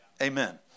Amen